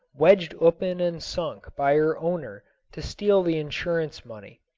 wedged open and sunk by her owner to steal the insurance money.